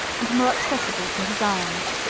and more accessible to his arms.